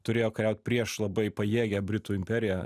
turėjo kariaut prieš labai pajėgią britų imperiją